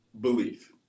belief